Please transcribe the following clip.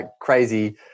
crazy